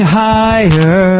higher